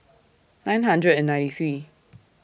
nine hundred and ninety three